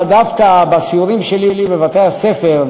דווקא בסיורים שלי בבתי-הספר,